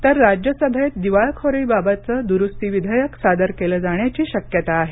तर राज्यसभेत दिवाळखोरीबाबतचं दुरुस्ती विधेयक सादर केलं जाण्याची शक्यता आहे